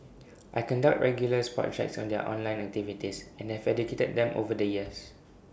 I conduct regular spot checks on their online activities and have educated them over the years